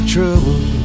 trouble